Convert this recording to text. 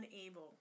unable